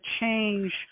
change